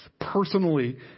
personally